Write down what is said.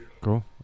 cool